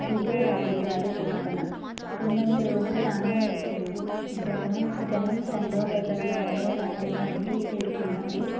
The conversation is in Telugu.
ఇది రాజుగారి ప్రకటన పున్నమి రోజు రానే వచ్చింది జనం జనం తండోపతండాలుగా రాజధానికి చేరుకున్నారు